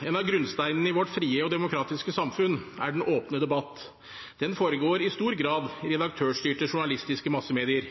En av grunnsteinene i vårt frie og demokratiske samfunn er den åpne debatt. Den foregår i stor grad i redaktørstyrte, journalistiske massemedier.